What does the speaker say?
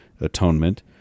atonement